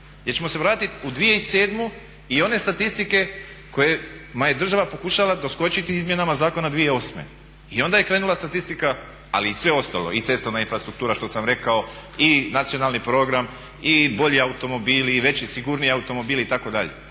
jer ćemo se vratiti u 2007.i one statistike kojima je država pokušala doskočiti izmjenama zakona 2008. I onda je krenula statistika, ali li sve ostalo i cestovna infrastruktura što sam rekao i nacionalni program i bolji automobili i veći i sigurniji automobili itd.,